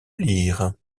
lire